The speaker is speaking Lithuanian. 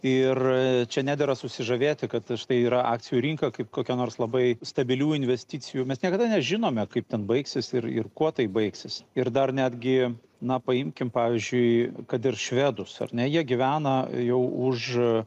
ir čia nedera susižavėti kad štai yra akcijų rinka kaip kokia nors labai stabilių investicijų mes niekada nežinome kaip ten baigsis ir ir kuo tai baigsis ir dar netgi na paimkim pavyzdžiui kad ir švedus ar ne jie gyvena jau už